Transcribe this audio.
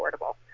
affordable